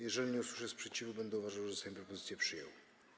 Jeżeli nie usłyszę sprzeciwu, będę uważał, że Sejm propozycję przyjął.